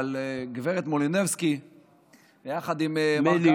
אבל גב' מולינובסקי יחד עם מר כהנא,